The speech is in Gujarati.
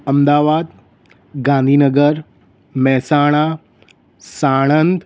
અમદાવાદ ગાંધીનગર મહેસાણા સાણંદ